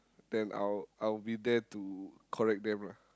then I'll I'll be there to correct them lah